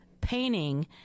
painting